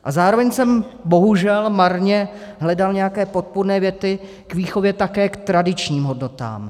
A zároveň jsem bohužel marně hledal nějaké podpůrné věty k výchově také k tradičním hodnotám.